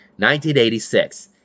1986